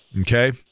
okay